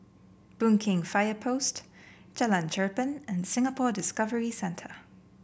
Boon Keng Fire Post Jalan Cherpen and Singapore Discovery Centre